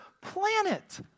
planet